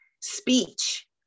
speech